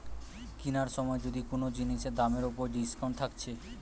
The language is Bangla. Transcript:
কিনার সময় যদি কুনো জিনিসের দামের উপর ডিসকাউন্ট থাকছে